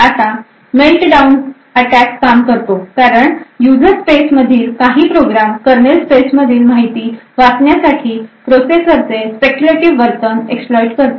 आता meltdown attack काम करतो कारण यूजर स्पेस मधील प्रोग्राम करनेल स्पेस मधील माहिती वाचण्यासाठी प्रोसेसरचे speculative वर्तन exploit करतो